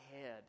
head